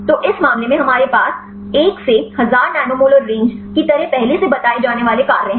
तो इस मामले में हमारे पास 1 से 1000 नैनोमोलर रेंज की तरह पहले से बताए जाने वाले कार्य हैं